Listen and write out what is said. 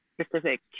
specific